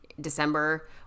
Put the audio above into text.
december